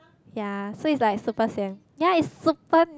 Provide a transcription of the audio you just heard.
yea so is like super sian yea is super